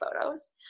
photos